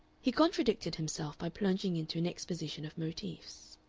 he contradicted himself by plunging into an exposition of motifs.